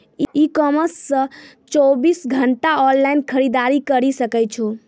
ई commerce से चौबीस घंटा ऑनलाइन खरीदारी करी सकै छो